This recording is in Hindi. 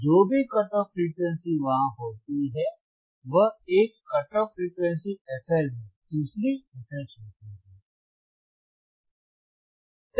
जो भी कट ऑफ फ्रीक्वेंसी वहा होती है वह एक कट ऑफ फ्रिक्वेंसी fL है दूसरी fH होती है